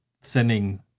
sending